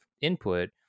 input